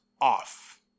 off